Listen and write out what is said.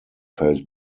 felt